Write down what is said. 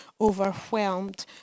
overwhelmed